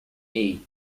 eight